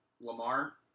Lamar